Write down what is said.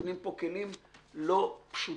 נותנים פה כלים לא פשוטים.